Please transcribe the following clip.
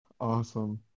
Awesome